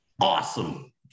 awesome